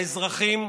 האזרחים,